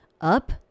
Up